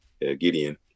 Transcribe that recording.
Gideon